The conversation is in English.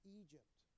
egypt